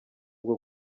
bwo